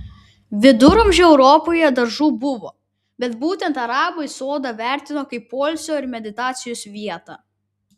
viduramžių europoje daržų buvo bet būtent arabai sodą vertino kaip poilsio ir meditacijos vietą